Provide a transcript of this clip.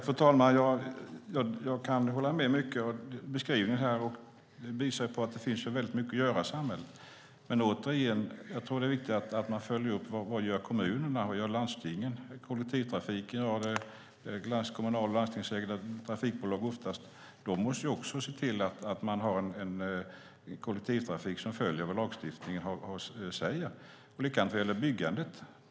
Fru talman! Jag kan hålla med mycket av det som har sagts. Det visar att det finns mycket att göra i samhället. Det är viktigt att följa upp vad kommunerna och landstingen gör för till exempel kollektivtrafiken. Kommunal och landstingsägda trafikbolag måste också se till att det finns en kollektivtrafik som följer lagstiftningen. Det är likadant med byggandet.